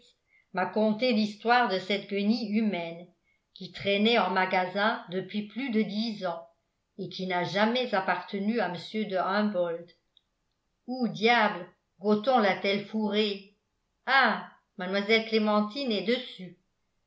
m'a conté l'histoire de cette guenille humaine qui traînait en magasin depuis plus de dix ans et qui n'a jamais appartenu à mr de humboldt où diable gothon la t elle fourrée ah mlle clémentine est dessus